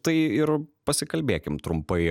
tai ir pasikalbėkim trumpai